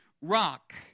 rock